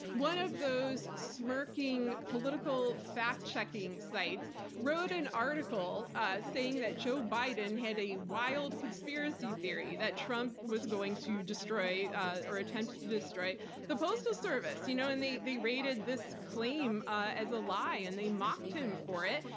one of those smirking political fact-checking sites wrote an article saying that joe biden had a wild conspiracy theory that trump was going to destroy or attempt to destroy the postal service. you know and they they rated this claim as a lie and they mocked him for it.